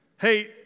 Hey